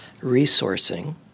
resourcing